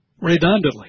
redundantly